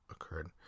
occurred